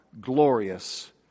glorious